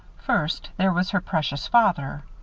first, there was her precious father.